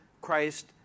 Christ